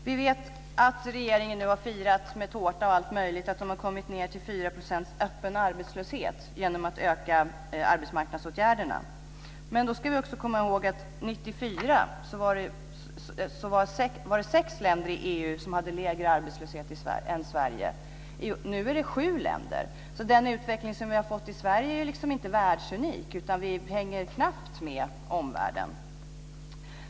Vi vet att regeringen nu har firat med tårta att man har kommit ned till 4 % öppen arbetslöshet genom att öka arbetsmarknadsåtgärderna. Men vi ska också komma ihåg att det 1994 var sex länder i EU som hade lägre arbetslöshet än Sverige. Nu är det sju länder. Den utveckling vi har fått i Sverige är inte världsunik. Vi hänger knappt med omvärlden.